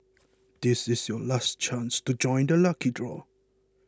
this is your last chance to join the lucky draw